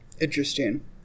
Interesting